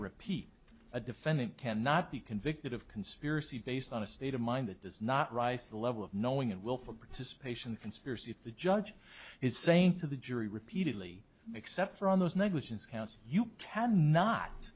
repeat a defendant cannot be convicted of conspiracy based on a state of mind that does not rise to the level of knowing and willful participation conspiracy the judge is saying to the jury repeatedly except for on those negligence counts you can not